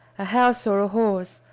a house or a horse,